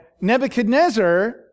Nebuchadnezzar